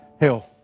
health